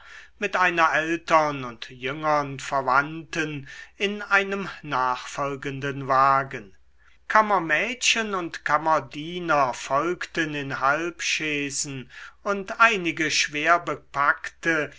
mit einer ältern und jüngern verwandten in einem nachfolgenden wagen kammermädchen und kammerdiener folgten in halbchaisen und einige schwerbepackte brancards